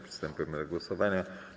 Przystępujemy do głosowania.